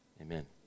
amen